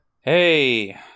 Hey